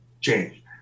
change